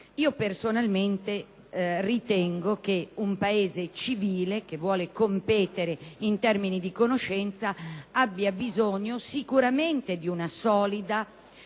Personalmente ritengo che un Paese civile, che vuole competere in termini di conoscenza, abbia bisogno di una solida